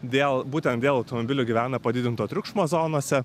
vėl būtent dėl automobilio gyvena padidinto triukšmo zonose